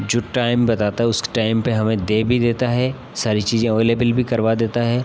जो टाइम बताता है उसी टाइम पर हमें दे भी देता है सारी चीज़ें अवेलेबल भी करवा देता है